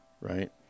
right